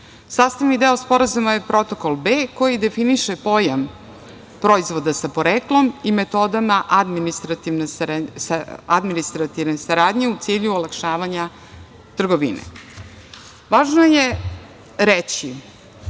deo Sporazuma je Protokol B koji definiše pojam proizvoda sa poreklom i metodama administrativne saradnje u cilju olakšavanja trgovine. Važno